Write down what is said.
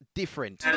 different